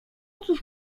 cóż